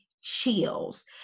chills